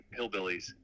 hillbillies